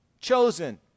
chosen